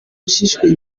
baciwe